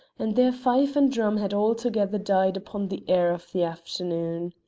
and their fife and drum had altogether died upon the air of the afternoon.